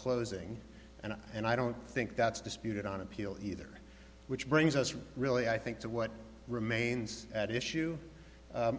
closing and and i don't think that's disputed on appeal either which brings us really i think to what remains at issue